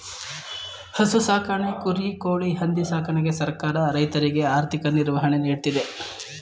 ಹಸು ಸಾಕಣೆ, ಕುರಿ, ಕೋಳಿ, ಹಂದಿ ಸಾಕಣೆಗೆ ಸರ್ಕಾರ ರೈತರಿಗೆ ಆರ್ಥಿಕ ನಿರ್ವಹಣೆ ನೀಡ್ತಿದೆ